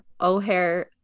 O'Hare